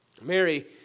Mary